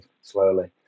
slowly